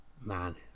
man